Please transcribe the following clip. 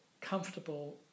comfortable